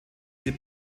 sie